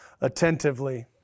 attentively